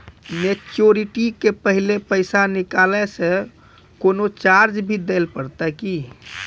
Maturity के पहले पैसा निकालै से कोनो चार्ज भी देत परतै की?